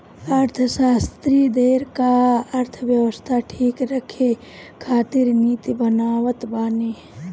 अर्थशास्त्री देस कअ अर्थव्यवस्था ठीक रखे खातिर नीति बनावत बाने